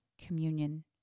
communion